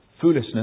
Foolishness